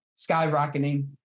skyrocketing